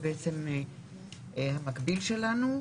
הוא בעצם המקביל שלנו.